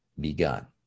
begun